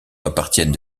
appartiennent